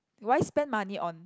why spend money on